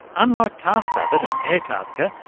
unlike taskrabbit and airtasker,